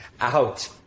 out